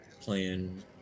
playing